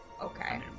Okay